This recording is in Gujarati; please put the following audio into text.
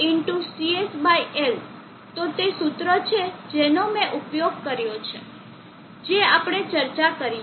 VB × CS L તો તે સૂત્ર છે જેનો મેં ઉપયોગ કર્યો છે જે આપણે ચર્ચા કરી છે